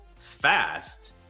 fast